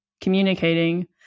communicating